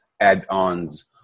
add-ons